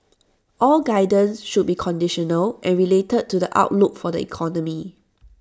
all guidance should be conditional and related to the outlook for the economy